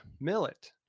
millet